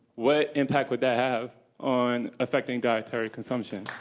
what impact would that have on affecting dietary consumption?